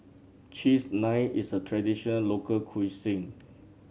Cheese Naan is a traditional local cuisine